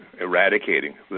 eradicating